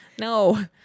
No